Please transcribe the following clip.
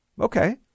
Okay